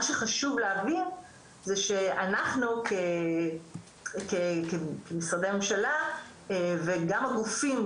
מה שחשוב להבין זה שאנחנו כמשרדי הממשלה וגם הגופים